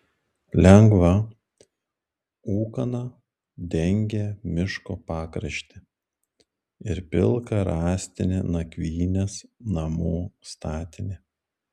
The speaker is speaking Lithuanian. lengva ūkana dengė miško pakraštį ir pilką rąstinį nakvynės namų statinį